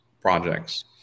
projects